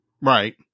right